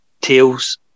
Tails